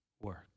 work